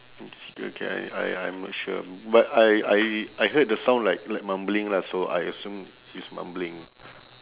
okay okay I I I'm not sure but I I I heard the sound like like mumbling lah so I assume he's mumbling